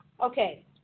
Okay